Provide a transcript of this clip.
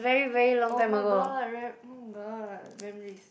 [oh]-my-god remember [oh]-my-god memories